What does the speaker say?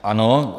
Ano.